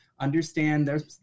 understand